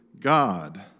God